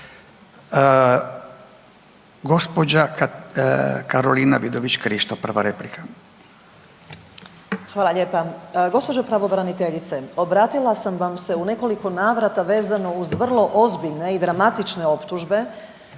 prva replika. **Vidović Krišto, Karolina (Nezavisni)** Hvala lijepa. Gđo. pravobraniteljice, obratila sam vam se u nekoliko navrata vezano uz vrlo ozbiljne i dramatične optužbe